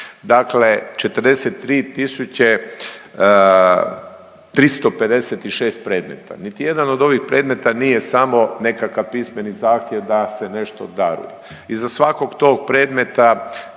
Dakle, 43 356 predmeta. Niti jedan od ovih predmeta nije samo nekakav pismeni zahtjev da se nešto daruje. Iza svakog tog predmeta